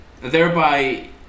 thereby